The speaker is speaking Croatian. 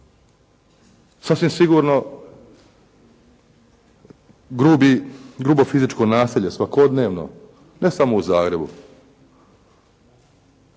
Sasvim sigurno grubi, grubo fizičko nasilje svakodnevno ne samo u Zagrebu,